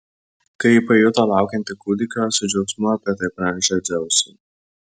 kai ji pajuto laukianti kūdikio su džiaugsmu apie tai pranešė dzeusui